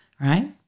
right